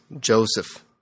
Joseph